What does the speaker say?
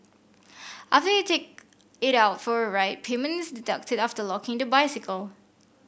after you take it out for a ride payment is deducted after locking the bicycle